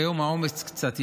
כיום העומס קצת ירד.